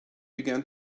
began